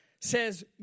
says